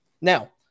Now